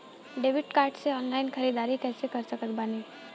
Debit card से online ख़रीदारी कैसे कर सकत बानी?